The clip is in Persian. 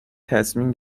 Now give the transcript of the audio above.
تصمیم